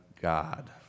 God